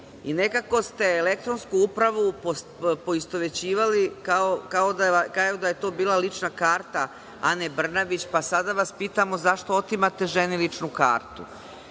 Nekako ste elektronsku upravu poistovećivali kao da je to bila lična karta Ane Brnabić, pa vas sada pitamo, zašto otimate ženi ličnu kartu?